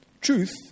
truth